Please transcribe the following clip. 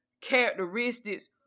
characteristics